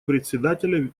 председателя